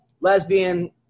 Lesbian